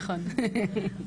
נכון.